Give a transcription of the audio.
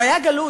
הוא היה גלוי,